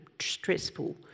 stressful